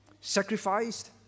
sacrificed